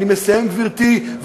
אני מסיים, גברתי.